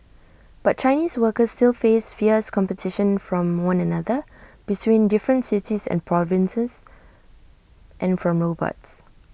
but Chinese workers still face fierce competition from one another between different cities and provinces and from robots